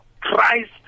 Christ